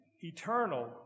eternal